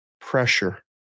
pressure